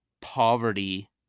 poverty